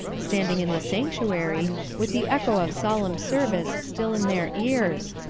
standing in the sanctuary, with the echo of solemn service still in their ears?